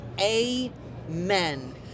Amen